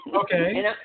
Okay